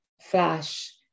flash